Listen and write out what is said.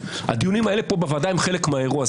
הדיונים האלה פה בוועדה הם חלק מהאירוע.